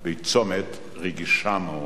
בצומת רגיש מאוד.